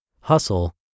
Hustle